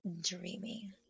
dreamy